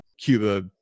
Cuba